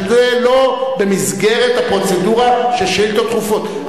שזה לא במסגרת הפרוצדורה של שאילתות דחופות.